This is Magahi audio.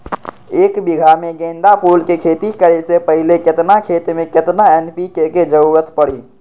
एक बीघा में गेंदा फूल के खेती करे से पहले केतना खेत में केतना एन.पी.के के जरूरत परी?